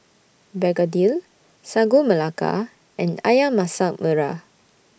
Begedil Sagu Melaka and Ayam Masak Merah